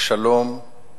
לשלום,